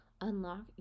unlock